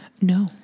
No